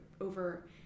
over